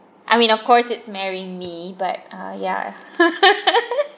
I mean of course it's marrying me but uh ya